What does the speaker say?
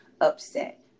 upset